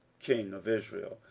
king of israel,